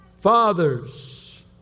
Fathers